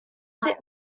sit